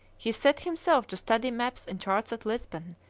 he set himself to study maps and charts at lisbon,